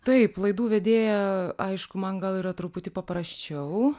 taip laidų vedėja aišku man gal yra truputį paprasčiau